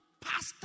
pastor